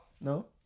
No